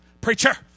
preacher